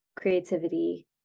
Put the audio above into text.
creativity